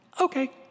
okay